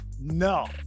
No